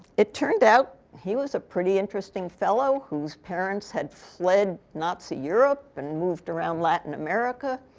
it turned out, he was a pretty interesting fellow, whose parents had fled nazi europe and moved around latin america.